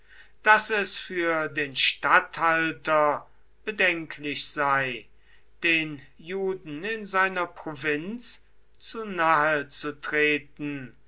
daß es für den statthalter bedenklich sei den juden in seiner provinz zu nahe zu treten